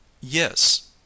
Yes